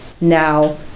now